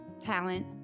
talent